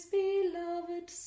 beloved